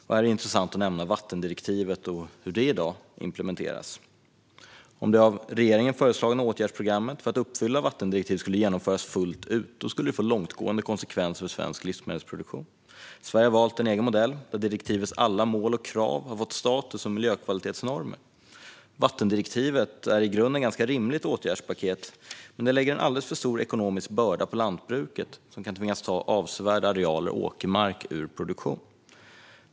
Här är det intressant att nämna vattendirektivet och hur det i dag implementeras. Om det av regeringen föreslagna åtgärdsprogrammet för att uppfylla vattendirektivet skulle genomföras fullt ut skulle det få långtgående konsekvenser för svensk livsmedelsproduktion. Sverige har valt en egen modell där direktivets alla mål och krav har fått status som miljökvalitetsnormer. Vattendirektivet är i grunden ett ganska rimligt åtgärdspaket, men det lägger en alldeles för stor ekonomisk börda på lantbruket, som kan tvingas ta avsevärda arealer åkermark ur produktion.